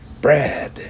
Brad